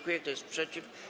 Kto jest przeciw?